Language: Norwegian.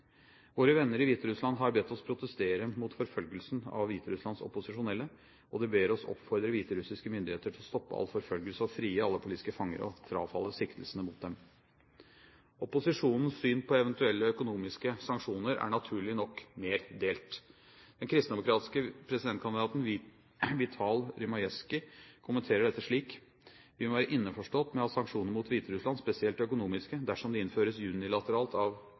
Våre venner i Hviterussland har bedt oss protestere mot forfølgelsen av Hviterusslands opposisjonelle, og de ber oss oppfordre hviterussiske myndigheter til å stoppe all forfølgelse, frigi alle politiske fanger og frafalle siktelsene mot dem. Opposisjonens syn på eventuelle økonomiske sanksjoner er naturlig nok mer delt. Den kristendemokratiske presidentkandidaten Vital Rymasheuski kommenterer dette slik: Vi må være innforstått med at sanksjoner mot Hviterussland, spesielt økonomiske, dersom de innføres unilateralt av